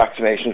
vaccinations